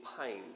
pain